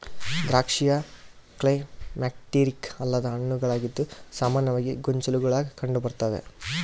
ದ್ರಾಕ್ಷಿಯು ಕ್ಲೈಮ್ಯಾಕ್ಟೀರಿಕ್ ಅಲ್ಲದ ಹಣ್ಣುಗಳಾಗಿದ್ದು ಸಾಮಾನ್ಯವಾಗಿ ಗೊಂಚಲುಗುಳಾಗ ಕಂಡುಬರ್ತತೆ